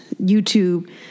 YouTube